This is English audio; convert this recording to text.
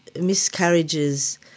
miscarriages